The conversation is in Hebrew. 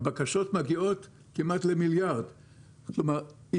הבקשות מגיעות כמעט למיליארד שקל לשנה.